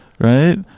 right